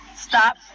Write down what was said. stop